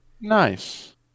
Nice